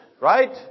right